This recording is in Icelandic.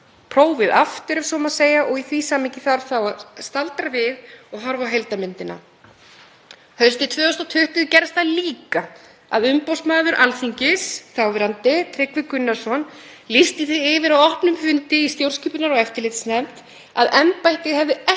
prófið aftur, ef svo má segja, og í því samhengi þarf þá að staldra við og horfa á heildarmyndina. Haustið 2020 gerðist það líka að þáverandi umboðsmaður Alþingis, Tryggvi Gunnarsson, lýsti því yfir á opnum fundi í stjórnskipunar- og eftirlitsnefnd að embættið hefði ekki